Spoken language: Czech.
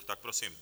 Tak prosím.